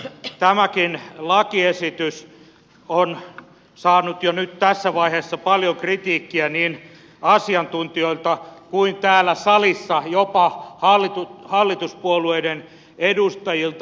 tämäkin lakiesitys on saanut jo nyt tässä vaiheessa paljon kritiikkiä niin asiantuntijoilta kuin täällä salissa jopa hallituspuolueiden edustajilta